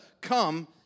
come